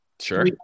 Sure